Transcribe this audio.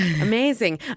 Amazing